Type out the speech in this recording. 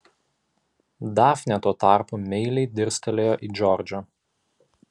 dafnė tuo tarpu meiliai dirstelėjo į džordžą